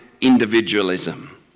individualism